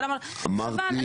חבל,